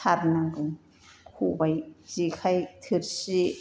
सारनांगौ खबाइ जेखाइ थोरसि